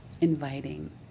inviting